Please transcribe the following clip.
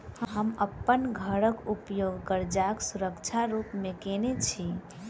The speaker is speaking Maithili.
हम अप्पन घरक उपयोग करजाक सुरक्षा रूप मेँ केने छी